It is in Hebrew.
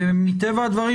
ומטבע הדברים,